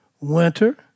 winter